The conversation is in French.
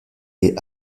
est